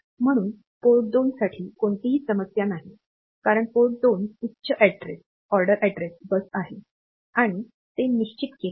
म्हणून पोर्ट 2 साठी कोणतीही समस्या नाही कारण पोर्ट 2 उच्च ऑर्डर अॅड्रेस बस आहे आणि ते निश्चित केले आहे